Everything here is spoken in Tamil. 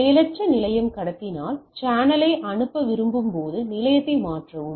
செயலற்ற நிலையம் கடத்தினால் சேனலை அனுப்ப விரும்பும் போது நிலையத்தை மாற்றவும்